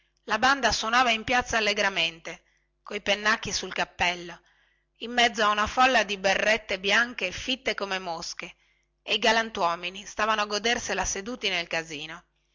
la banda suonava in piazza allegramente coi pennacchi nel cappello in mezzo a una folla di berrette bianche fitte come le mosche e i galantuomini stavano a godersela seduti nel